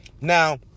Now